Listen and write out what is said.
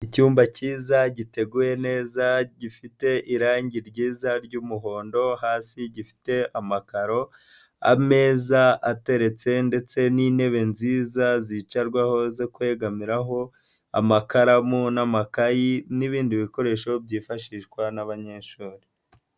Icyumba cyiza giteguye neza gifite irangi ryiza ry'umuhondo hasi gifite amakaro, ameza ateretse ndetse n'intebe nziza zicarwaho zo kwegamiraho, amakaramu n'amakayi n'ibindi bikoresho byifashishwa n'abanyeshuri.